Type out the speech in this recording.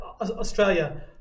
australia